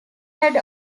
had